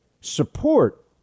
support